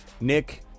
Nick